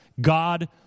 God